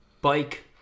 bike